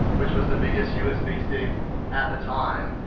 which was the biggest usb stick at the time.